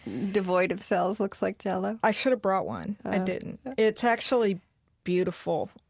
devoid of cells, looks like jell-o? i should've brought one. i didn't. it's actually beautiful.